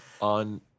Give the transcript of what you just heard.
on